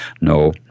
No